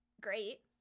great